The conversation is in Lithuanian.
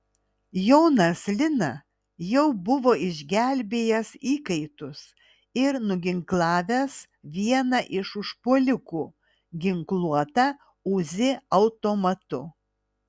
jonas lina jau buvo išgelbėjęs įkaitus ir nuginklavęs vieną iš užpuolikų ginkluotą uzi automatu